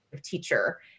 teacher